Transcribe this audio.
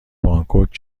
بانکوک